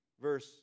Verse